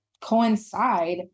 coincide